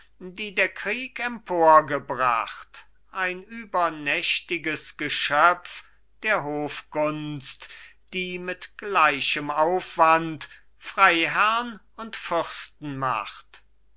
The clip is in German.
die der krieg emporgebracht ein übernächtiges geschöpf der hofgunst die mit gleichem aufwand freiherrn und fürsten macht